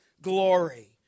glory